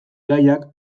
gaiak